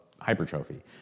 hypertrophy